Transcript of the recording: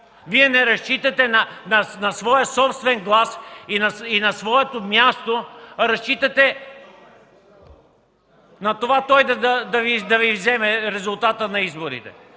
Вие не разчитате на своя собствен глас и на своето място, а разчитате той да Ви вземе резултата на изборите.